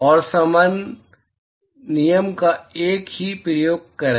और समन नियम का एक ही प्रयोग करें